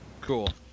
Cool